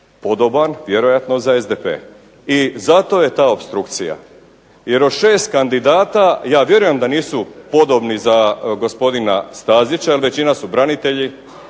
podoban, vjerojatno, za SDP. I zato je ta opstrukcija. Jer od 6 kandidata ja vjerujem da nisu podobni za gospodina Stazića jer većina su branitelji,